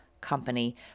company